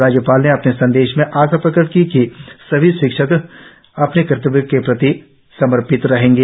राज्यपाल ने अपने संदेश में आशा प्रकट की है कि सभी शिक्षक अपने कर्तव्य के प्रति समर्पित रहेंगे